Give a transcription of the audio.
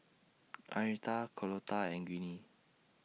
Arnetta Carlotta and Ginny